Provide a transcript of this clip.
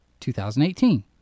2018